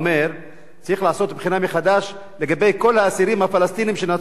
צריך לעשות בחינה מחדש לגבי כל האסירים הפלסטינים שנעצרו על-ידי השב"כ